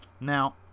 Now